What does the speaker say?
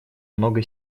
много